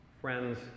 Friends